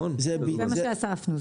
זה מה שהוספנו.